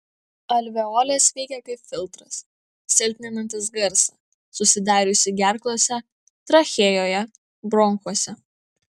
alveolės veikia kaip filtras silpninantis garsą susidariusį gerklose trachėjoje bronchuose